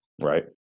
Right